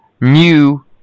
new